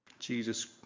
Jesus